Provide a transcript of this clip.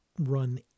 run